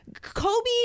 Kobe